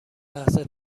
لحظه